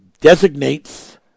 designates